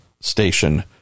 station